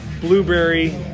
blueberry